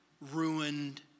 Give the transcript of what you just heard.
ruined